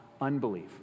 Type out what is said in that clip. unbelief